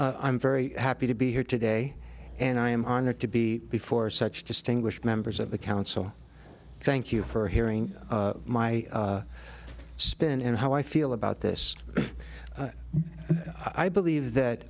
aloha i'm very happy to be here today and i am honored to be before such distinguished members of the council thank you for hearing my spin and how i feel about this i believe that